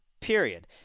period